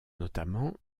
notamment